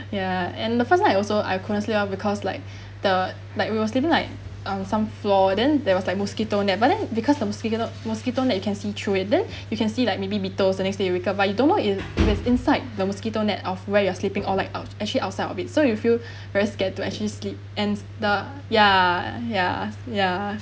ya and the first night I also I couldn't sleep loh because like the like we was living like on some floor and there was like mosquito net but then because the mosquito mosquito net you can see through it then you can see like maybe baby beetle the next day you wake up but you don't know it was inside the mosquito net of where you are sleeping or like out actually outside of it so you feel very scared to actually sleep and the ya ya ya